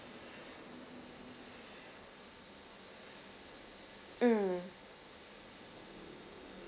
mm